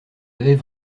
avaient